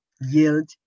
yield